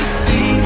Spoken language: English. see